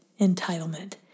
entitlement